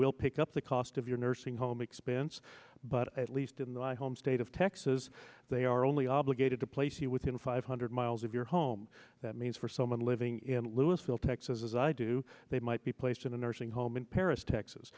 will pick up the cost of your nursing home expense but at least in the home state of texas they are only obligated to place he within five hundred miles of your home that means for someone living in lewisville texas as i do they might be placed in a nursing home in paris texas